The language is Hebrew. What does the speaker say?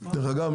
אגב,